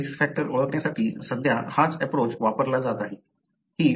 genetic risk factor ओळखण्यासाठी सध्या हाच एप्रोच वापरला जात आहे